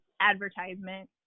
advertisement